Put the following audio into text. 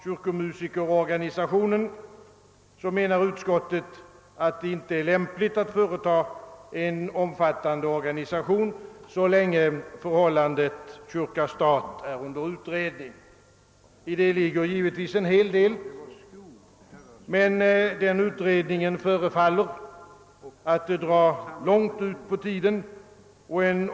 Utskottet menar att det inte är lämpligt att reformera kyrkomusikerorganisationen så länge förhållandet kyrka—stat är under utredning. Det ligger givetvis en hel del i det, men den utredningen förefaller att dra långt ut på tiden. En.